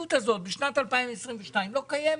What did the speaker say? המציאות הזאת בשנת 2022 לא קיימת,